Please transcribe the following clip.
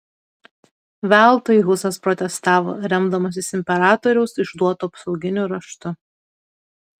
veltui husas protestavo remdamasis imperatoriaus išduotu apsauginiu raštu